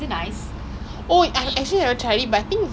last time was way better lah now like the taste a bit different but